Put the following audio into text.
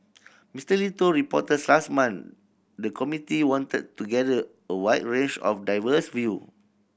Mister Lee told reporters last month the committee wanted to gather a wide range of diverse view